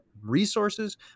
resources